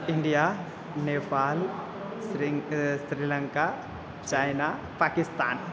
India Nepal स्रिङ् Sri Lanka China Pakistan